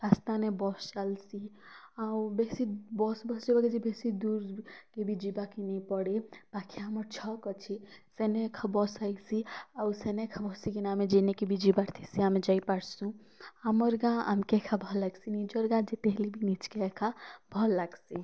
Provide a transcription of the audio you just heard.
ରାସ୍ତାନେ bus ଚାଲ୍ସି ଆଉ ବେଶୀ ବସ୍ ବସିବାକେ ଯେ ବେଶୀ ଦୂର୍କେ ବି ଯିବାକେ ନାଇଁ ପଡ଼ି ପାଖେ ଆମର୍ ଛକ୍ ଅଛି ସେନେ ଏଖା ବସ୍ ଆଇସି ଆଉ ସେନେ ଏକା ବସିକିନା ଆମେ ଯେନ୍କେ ବି ଯିବାର୍ ଥିସି ଆମେ ଯାଇ ପାର୍ସୁଁ ଆମର୍ ଗାଁ ଆମ୍କେ ଏକା ଭଲ୍ ଲାଗ୍ସି ନିଜର୍ ଗାଁ ଯେତେ ହେଲେ ବି ନିଜ୍କେ ଏକା ଭଲ୍ ଲାଗ୍ସି